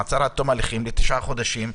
מעצר עד תום ההליכים לתשעה חודשים,